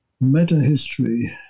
Meta-history